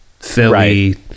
Philly